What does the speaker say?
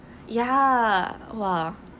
ya !wah!